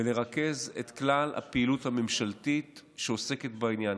ולרכז את כלל הפעילות הממשלתית שעוסקת בעניין,